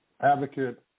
advocate